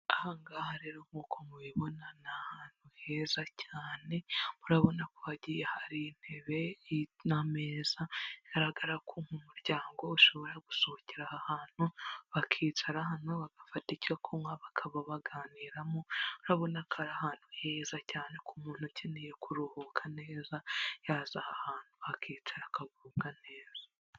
Aha ngaha rero nkuko mubibona ni ahantu heza cyane, murabona ko hagiye hari intebe n'ameza, bigaragara ko nk'umuryango ushobora gusohokera aha hantu, bakicara hano bagafata icyo kunywa bakaba baganiramo, urabona ko ari ahantu heza cyane ku muntu ukeneye kuruhuka neza, yaza aha hantu akicara akagubwa neza.